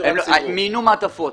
מיינו מעטפות.